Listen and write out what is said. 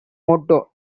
motto